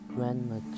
Grandma